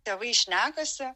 tėvai šnekasi